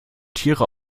tiere